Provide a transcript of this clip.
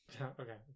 Okay